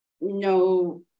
no